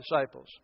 disciples